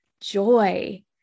joy